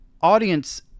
audience